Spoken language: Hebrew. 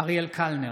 אינו נוכח אריאל קלנר,